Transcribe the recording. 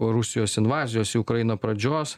rusijos invazijos į ukrainą pradžios